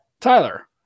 Tyler